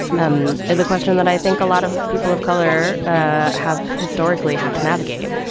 um is a question that i think a lot of people of color ah have historically had to navigate,